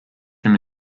him